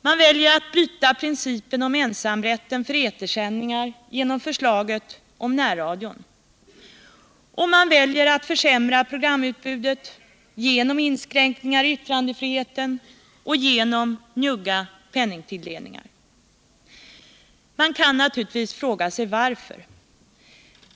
Man väljer att bryta principen om ensamrätten för etersändningar genom förslaget om närradion, och man väljer att försämra programutbudet genom inskränkningar i yttrandefriheten och genom njugga anslagsökningar. Vi kan naturligtvis fråga oss varför.